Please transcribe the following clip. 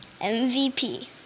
MVP